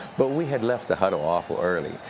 but we had left the huddle awful early.